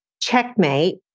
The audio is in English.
Checkmate